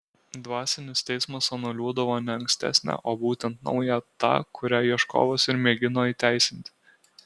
dvasinis teismas anuliuodavo ne ankstesnę o būtent naują tą kurią ieškovas ir mėgino įteisinti